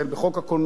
בחוק הקולנוע.